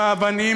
עם האבנים,